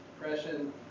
depression